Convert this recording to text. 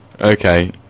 Okay